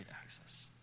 access